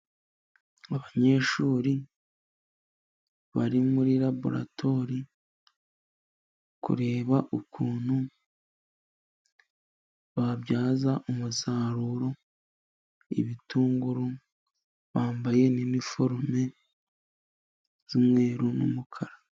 Abanyeshuri bari muri raburatwari barikureba ukuntu babyaza umusaruro ibitunguru , bambaye iniforume z'umweru n'umukara.